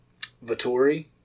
Vittori